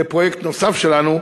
לפרויקט נוסף שלנו,